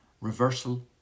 reversal